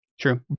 True